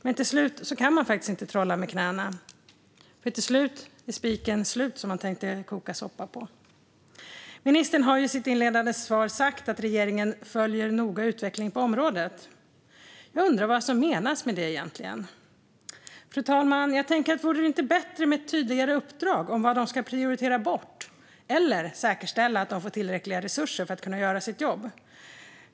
Men till slut kan man faktiskt inte trolla med knäna. Till slut är den spik man tänkte koka soppa på slut. Ministern sa i sitt inledande svar: "Regeringen följer noga utvecklingen på området." Jag undrar vad som egentligen menas med det. Fru talman! Vore det inte bättre med ett tydligare uppdrag om vad de ska prioritera bort - eller att säkerställa att de får tillräckliga resurser för att kunna göra sitt jobb?